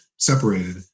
separated